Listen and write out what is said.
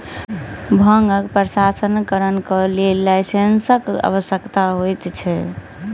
भांगक प्रसंस्करणक लेल लाइसेंसक आवश्यकता होइत छै